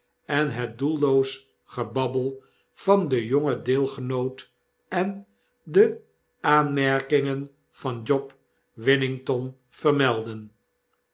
en het doelloos gebabbel van den jongen deelgenoot en de aanmerkingen van job wiginton vermelden